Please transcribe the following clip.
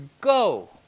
go